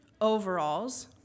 overalls